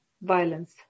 violence